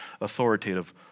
authoritative